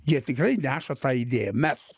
jie tikrai neša tą idėją mes